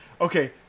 Okay